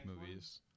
movies